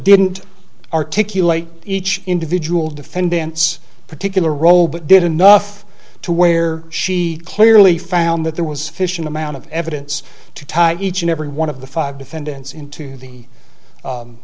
didn't articulate each individual defendants particular role but did enough to where she clearly found that there was sufficient amount of evidence to tie each and every one of the five defendants into the